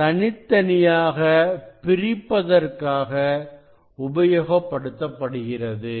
தனித்தனியாக பிரிப்பதற்காக உபயோகப்படுத்தப்படுகிறது